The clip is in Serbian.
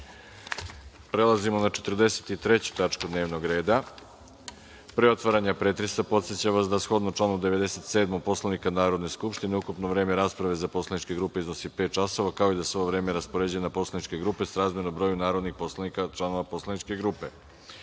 reda. Prelazimo na 43. tačku dnevnog reda. Pre otvaranja pretresa, podsećam vas da, shodno članu 97. Poslovnika Narodne skupštine, ukupno vreme rasprave za poslaničke grupe iznosi pet časova, kao i da se ovo vreme raspoređuje na poslaničke grupe srazmerno broju narodnih poslanika članova poslaničke grupe. Molim